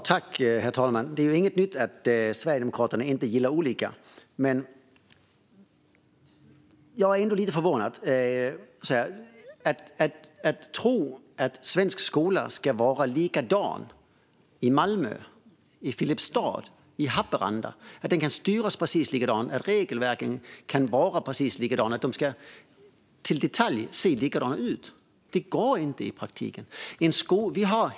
Herr talman! Det är inget nytt att Sverigedemokraterna inte gillar olika. Men jag är ändå lite förvånad. Att skolan ska vara likadan i Malmö, Filipstad och Haparanda, att skolan kan styras precis likadant och att regelverken kan vara precis likadana och i detalj se likadana ut fungerar inte i praktiken.